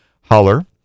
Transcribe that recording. holler